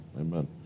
amen